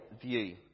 view